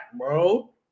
bro